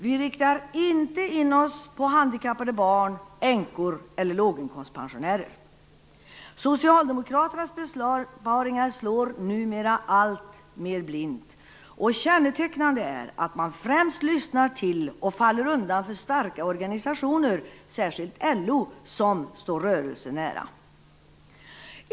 Vi riktar inte in oss på handikappade barn, änkor eller låginkomstpensionärer. Socialdemokraternas besparingar slår numera allt mer blint, och kännetecknande är att man främst lyssnar till och faller undan för starka organisationer, särskilt LO, som står rörelsen nära.